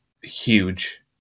huge